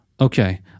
okay